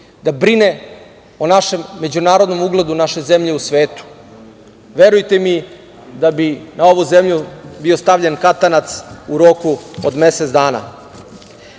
da brine o međunarodnom ugledu naše zemlje u svetu. Verujte mi da bi na ovu zemlju bio stavljen katanac u roku od mesec